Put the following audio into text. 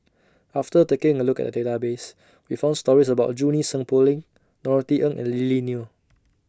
after taking A Look At The Database We found stories about Junie Sng Poh Leng Norothy Ng and Lily Neo